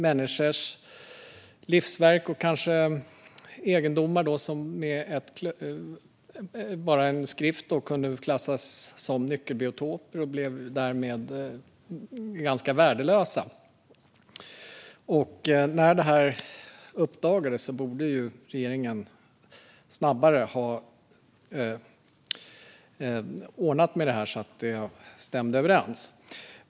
Människors livsverk och kanske egendomar kunde med en skrift klassas som nyckelbiotoper och därmed bli ganska värdelösa. När detta uppdagades borde regeringen snabbare ha ordnat med detta så att det stämde överens.